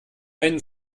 einen